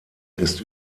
ist